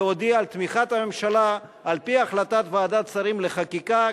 להודיע על תמיכת הממשלה על-פי החלטת ועדת שרים לחקיקה,